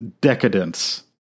decadence